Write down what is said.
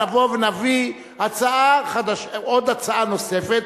נביא עוד הצעה נוספת,